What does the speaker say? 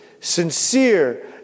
Sincere